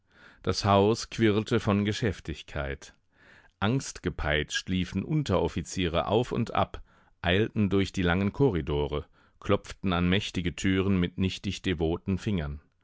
das haus quirlte von geschäftigkeit angstgepeitscht liefen unteroffiziere auf und ab eilten durch die langen korridore klopften an mächtige türen mit nichtig devoten fingern